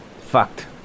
fucked